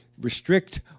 restrict